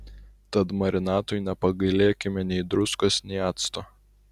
tad marinatui nepagailėkime nei druskos nei acto